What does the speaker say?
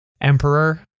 Emperor